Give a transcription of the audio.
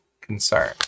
concern